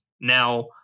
Now